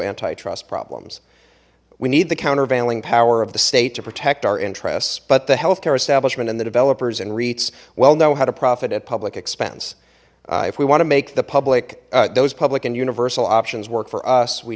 antitrust problems we need the countervailing power of the state to protect our interests but the healthcare establishment and the developers and reits well know how to profit at public expense if we want to make the public those public and universal options work for us we